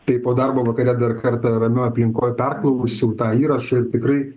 tai po darbo vakare dar kartą ramioj aplinkoj perklausiau tą įrašą ir tikrai